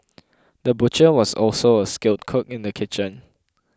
the butcher was also a skilled cook in the kitchen